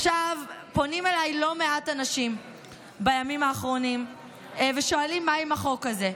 עכשיו פונים אליי לא מעט אנשים בימים האחרונים ושואלים מה עם החוק הזה.